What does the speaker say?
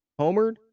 homered